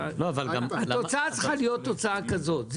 התוצאה צריכה להיות תוצאה כזאת.